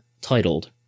titled